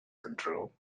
control